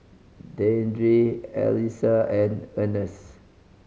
Deidre Allyssa and Earnest